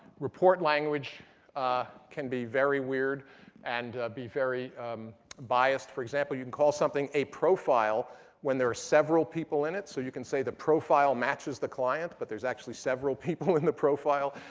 report language ah can be very weird and be very biased. for example, you can call something a profile when there are several people in it. so you can say the profile matches the client. but there's actually several people in the profile.